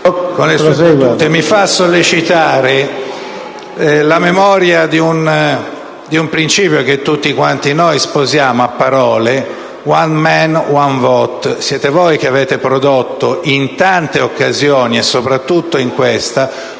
mi sollecita alla memoria un principio che tutti quanti noi sposiamo a parole: *one man, one vote*. Siete voi che avete prodotto, in tante occasioni, e soprattutto in questa,